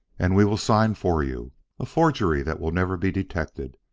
and we will sign for you a forgery that will never be detected.